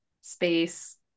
space